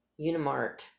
Unimart